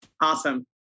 Awesome